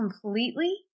completely